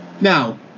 Now